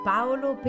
Paolo